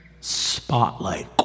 spotlight